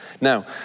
now